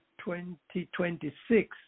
2026